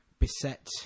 beset